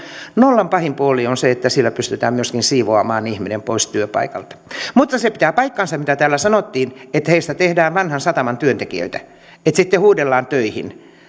nollan pahin puoli on se että sillä pystytään myöskin siivoamaan ihminen pois työpaikalta sekin pitää paikkansa mitä täällä sanottiin että heistä tehdään vanhan sataman työntekijöitä että sitten huudellaan töihin